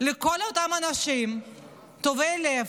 לכל אותם אנשים טובי לב: